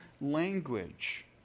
language